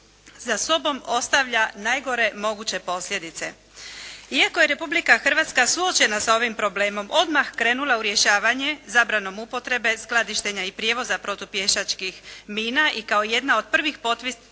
za sobom ostavlja najgore moguće posljedice. Iako je Republika Hrvatska slučajno sa ovim problemom odmah krenula u rješavanje zabranom upotrebe, skladištenja i prijevoza protupješačkih mina i kao jedna od prvih potpisnica